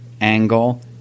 angle